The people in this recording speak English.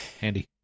Handy